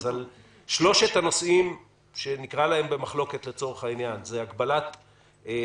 אז שלושת הנושאים שנקרא להם במחלוקת לצורך העניין הם: הגבלת העבירות,